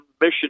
mission